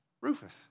Rufus